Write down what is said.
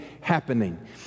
happening